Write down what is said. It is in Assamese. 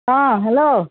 অঁ হেল্ল'